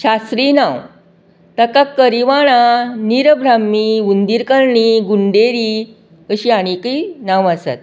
शास्त्रीय नांव ताका करीवाणा नीर भ्राम्मी हुंदीर कर्णी गुंडेरी अशीं आणीकय नांवां आसात